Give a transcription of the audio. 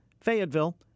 Fayetteville